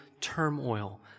turmoil